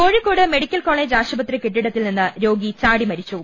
Kozhikode medical college ആശുപത്രി കെട്ടിടത്തിൽ നിന്ന് രോഗി ചാടി മരിച്ചു